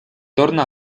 torna